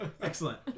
Excellent